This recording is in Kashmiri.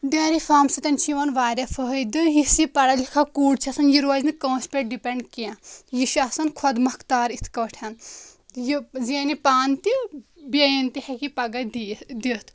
ڈیری فارم سۭتۍ چھِ یِوان واریاہ فٲیدٕ یس یہِ پَڑا لِکھا کوٗر چھ آسَان یہِ روزِ نہٕ کٲنٛسِہ پٮ۪ٹھ ڈِپٮ۪نٛڈ کینٛہہ یہِ چھُ آسَان خۄد مَختار یِتھ کٲٹھۍ یہِ زینہِ پانہٕ تہِ بیٚیَن تہِ ہیٚکہِ یہِ پَگہہ دی دِتھ